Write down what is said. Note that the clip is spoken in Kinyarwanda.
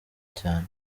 cyane